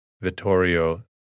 Vittorio